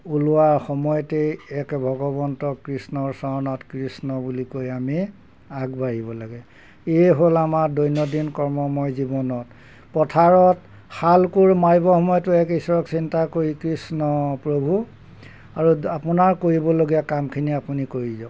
ওলোৱাৰ সময়তে এক ভগৱন্ত কৃষ্ণৰ চৰণত কৃষ্ণ বুলি কৈ আমি আগবাঢ়িব লাগে এই হ'ল আমাৰ দৈনন্দিন কৰ্মময় জীৱনত পথাৰত শাল কোৰ মাৰিবৰ সময়তো এক ঈশ্বৰক চিন্তা কৰি কৃষ্ণ প্ৰভু আৰু আপোনাৰ কৰিবলগীয়া কামখিনি আপুনি কৰি যাওক